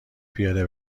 پیاده